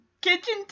kitchen